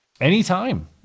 Anytime